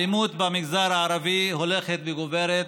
האלימות במגזר הערבי הולכת וגוברת,